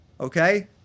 okay